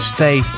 Stay